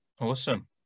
Awesome